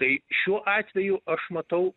tai šiuo atveju aš matau